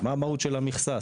המהות של המכסה?